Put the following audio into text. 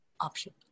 option